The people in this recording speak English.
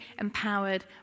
empowered